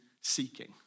seeking